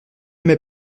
mets